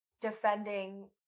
defending